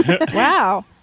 Wow